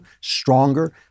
stronger